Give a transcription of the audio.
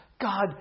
God